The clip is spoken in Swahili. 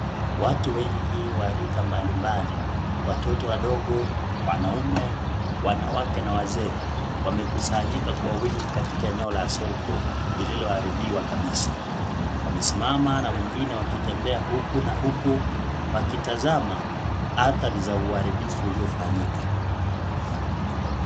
Watu wengi wa rika mbalimbali, watoto wadogo, wanaume, wanawake na Wazee wamekusanyika Kwa wingi katika eneo la soko lililoharibiwa kabisa. Wamesimama na wengine wakitembea huku na huku wakitazama hatari za uharibifu uliofanyika.